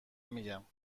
میگم